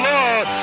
Lord